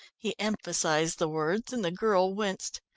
he emphasised the words, and the girl winced.